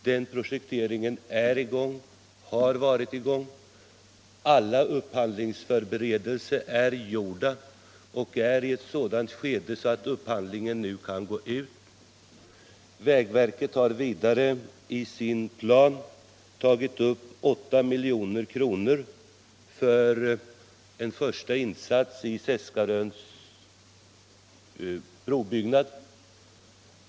Den projekteringen är i gång. Alla upphandlingsförberedelser är gjorda och det hela befinner sig i ett sådant skede att själva upphandlingen nu kan påbörjas. Vägverket har vidare i sin plan tagit upp 8 milj.kr. för en första insats i Seskaröbrons byggnad.